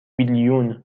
بیلیون